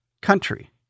country